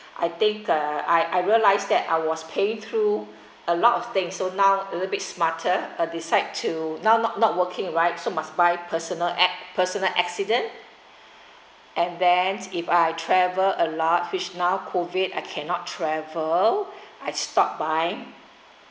I think uh I I realized that I was pay through a lot of things so now a little bit smarter I decide to now not not working right so must buy personal ac~ personal accident and then if I travel a lot which now COVID I cannot travel I stopped buying